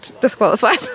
disqualified